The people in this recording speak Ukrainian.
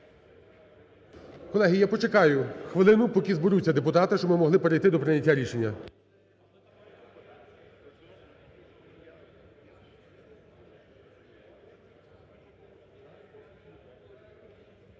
Колеги, я почекаю хвилину, поки зберуться депутати, щоб ми могли перейти до прийняття рішення.